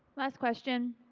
last question.